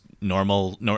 normal